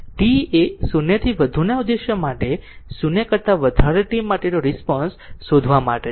t એ 0 થી વધુના ઉદ્દેશ્ય માટે 0 કરતા વધારે t માટેનો રિસ્પોન્સ શોધવા માટે છે